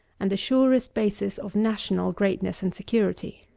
and the surest basis of national greatness and security.